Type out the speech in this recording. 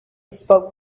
spoke